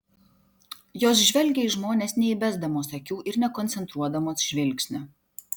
jos žvelgia į žmones neįbesdamos akių ir nekoncentruodamos žvilgsnio